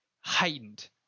heightened